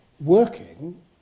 working